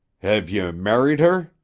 hev you married her?